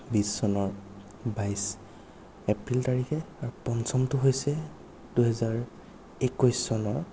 বিশ চনৰ বাইছ এপ্ৰিল তাৰিখে আৰু পঞ্চমটো হৈছে দুহেজাৰ একৈছ চনৰ